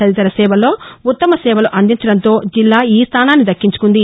తదితర సేవల్లో ఉత్తమ సేవలు అందించడంతో జిల్లా ఈ స్థానాన్ని దక్కించుకుంది